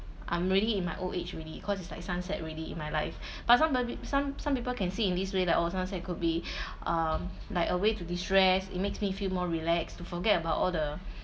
I'm really in my old age already cause it's like sunset already in my life but somebody some some people can see in this way that oh someone said it could be uh like a way to de-stress it makes me feel more relaxed to forget about all the